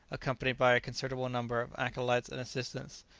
accompanied by a considerable number of acolytes and assistants.